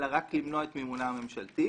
אלא רק למנוע את מימונה הממשלתי.